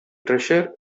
treasure